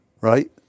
right